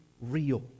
real